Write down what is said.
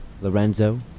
Lorenzo